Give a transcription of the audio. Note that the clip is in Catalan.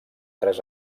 tres